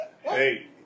Hey